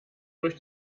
durch